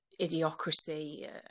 idiocracy